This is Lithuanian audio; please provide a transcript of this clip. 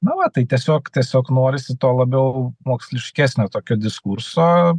na va tai tiesiog tiesiog norisi to labiau moksliškesnio tokio diskurso